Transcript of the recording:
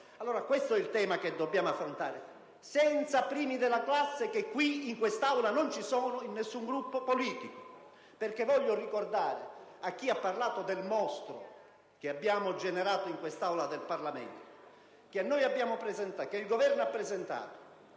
Questo è il tema che dobbiamo affrontare, senza primi della classe che qui, in questa Aula, non ci sono in alcun Gruppo politico. Voglio ricordare, a chi ha parlato del mostro che abbiamo generato in quest'Aula del Parlamento, che il Governo ha presentato